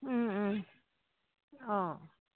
অঁ